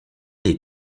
les